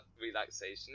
relaxation